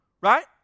Right